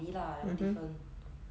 mmhmm